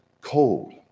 cold